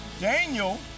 Daniel